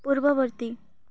ପୂର୍ବବର୍ତ୍ତୀ